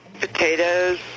Potatoes